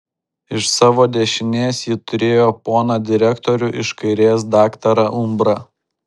iš savo dešinės ji turėjo poną direktorių iš kairės daktarą umbrą